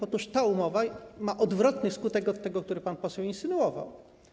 Otóż ta umowa ma odwrotny skutek od tego, który pan poseł insynuował.